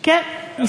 כן.